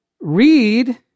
read